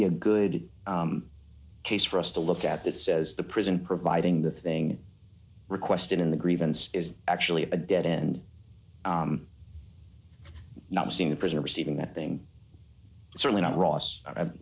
be a good case for us to look at that says the prison providing the thing requested in the grievance is actually a dead end not seen a prisoner receiving that thing certainly not